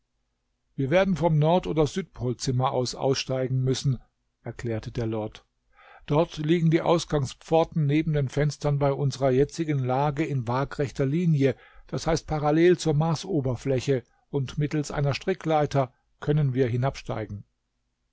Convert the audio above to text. wir werden vom nord oder südpolzimmer aus aussteigen müssen erklärte der lord dort liegen die ausgangspforten neben den fenstern bei unsrer jetzigen lage in wagrechter linie das heißt parallel zur marsoberfläche und mittels einer strickleiter können wir hinabsteigen